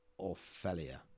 Orphelia